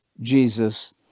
Jesus